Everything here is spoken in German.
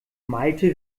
malte